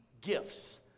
gifts